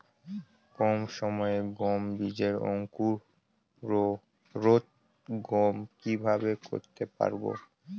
কম সময়ে গম বীজের অঙ্কুরোদগম কিভাবে করতে পারব?